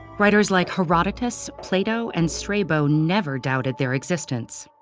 writers like herodotus, plato, and strabo never doubted their existence.